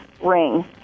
ring